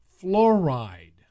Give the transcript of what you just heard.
fluoride